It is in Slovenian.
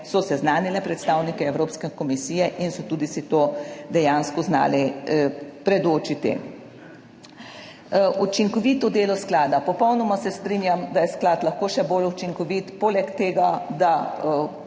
so seznanile predstavnike Evropske komisije in so tudi si to dejansko znali predočiti. Učinkovito delo sklada. Popolnoma se strinjam, da je sklad lahko še bolj učinkovit, poleg tega ne